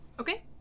Okay